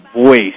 voice